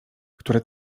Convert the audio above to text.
które